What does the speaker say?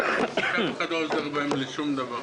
בהרבה שאף אחד לא עוזר להם בשום דבר.